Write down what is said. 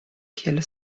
kiel